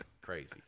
crazy